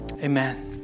Amen